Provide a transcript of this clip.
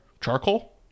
charcoal